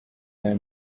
their